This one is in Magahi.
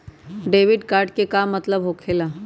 डेबिट कार्ड के का मतलब होकेला?